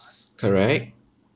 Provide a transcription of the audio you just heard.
correct